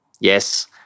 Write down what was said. yes